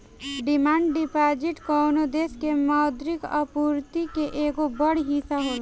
demand deposit कवनो देश के मौद्रिक आपूर्ति के एगो बड़ हिस्सा होला